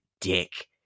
dick